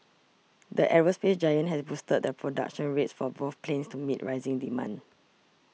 the aerospace giant has boosted the production rates for both planes to meet rising demand